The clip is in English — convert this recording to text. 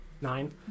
Nine